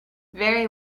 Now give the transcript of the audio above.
very